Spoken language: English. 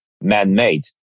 man-made